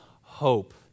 hope